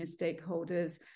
stakeholders